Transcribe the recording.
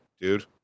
dude